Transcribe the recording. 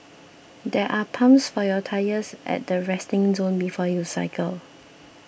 there are pumps for your tyres at the resting zone before you cycle